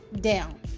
down